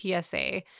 PSA